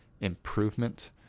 improvement